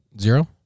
zero